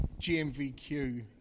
GMVQ